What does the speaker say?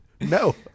No